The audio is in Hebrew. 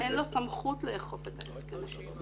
אין לו סמכות לעשות זאת.